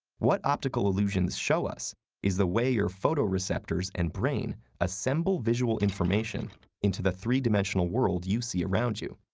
what optical illusions show us is the way your photo receptors and brain assemble visual information into the three-dimensional world you see around you,